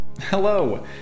Hello